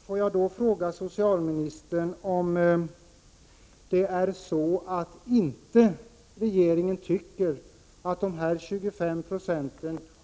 Herr talman! Får jag då fråga socialministern om regeringen inte tycker att